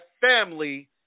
family